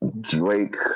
Drake